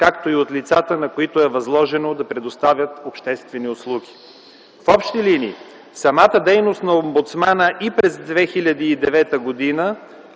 както и на лицата, на които е възложено да предоставят обществени услуги. В общи линии, самата дейност на омбудсмана и през 2009 г.